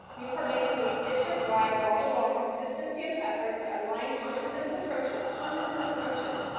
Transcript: newport-mesa needs district-wide wall-to-wall consistency of efforts that align common sense approaches, common sense approaches,